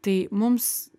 tai mums